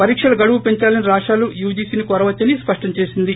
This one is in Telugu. పరీక్షల గడువు పెందాలని రాష్టాలు యూజీసీని కోరవచ్చని స్పష్టం దేసింది